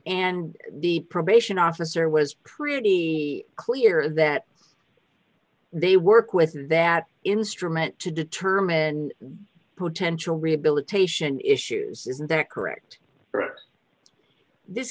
and the probation officer was pretty clear that they work with that instrument to determine potential rehabilitation issues is that correct for this